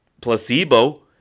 placebo